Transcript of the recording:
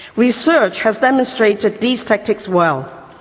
research has demonstrated these tactics well.